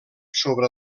sobre